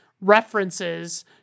references